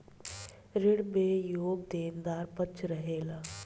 ऋण में एगो देनदार पक्ष रहेलन